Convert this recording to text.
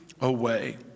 away